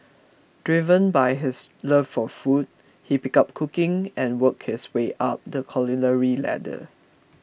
driven by his love for food he picked up cooking and worked his way up the culinary ladder